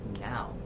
now